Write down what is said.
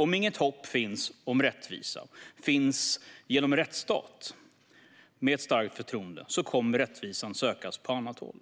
Om inget hopp finns om rättvisa genom en rättsstat med starkt förtroende kommer rättvisan att sökas på annat håll: